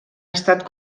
estat